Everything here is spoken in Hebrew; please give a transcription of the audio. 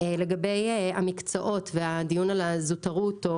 לגבי המקצועות והדיון על הזוטרות,